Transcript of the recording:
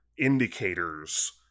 indicators